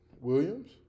Williams